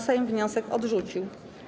Sejm wniosek odrzucił.